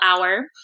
hour